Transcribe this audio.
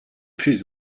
plus